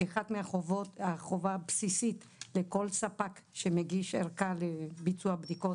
אחת מהחובות הבסיסיות לכל ספק שמגיש ערכה לביצוע בדיקות,